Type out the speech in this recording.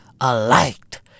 alight